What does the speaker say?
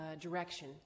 direction